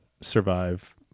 survive